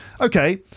Okay